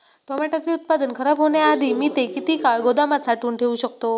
टोमॅटोचे उत्पादन खराब होण्याआधी मी ते किती काळ गोदामात साठवून ठेऊ शकतो?